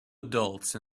adults